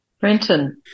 Brenton